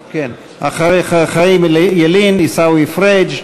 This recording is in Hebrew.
ילין, ואחרי חיים ילין, עיסאווי פריג',